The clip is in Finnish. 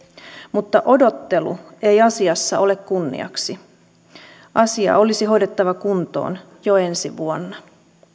mutta odottelu ei asiassa ole kunniaksi asia olisi hoidettava kuntoon jo ensi vuonna